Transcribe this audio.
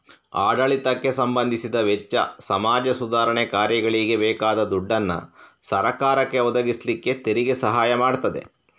ಆಡಳಿತಕ್ಕೆ ಸಂಬಂಧಿಸಿದ ವೆಚ್ಚ, ಸಮಾಜ ಸುಧಾರಣೆ ಕಾರ್ಯಗಳಿಗೆ ಬೇಕಾದ ದುಡ್ಡನ್ನ ಸರಕಾರಕ್ಕೆ ಒದಗಿಸ್ಲಿಕ್ಕೆ ತೆರಿಗೆ ಸಹಾಯ ಮಾಡ್ತದೆ